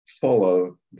follow